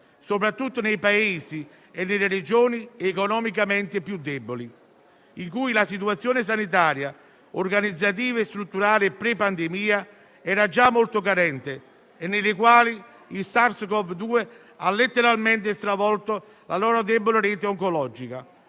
soprattutto nei Paesi e nelle Regioni economicamente più deboli, in cui la situazione sanitaria sia organizzativa, che strutturale pre-pandemia era già molto carente e nei quali il SARS-CoV-2 ha letteralmente stravolto la loro debole rete oncologica,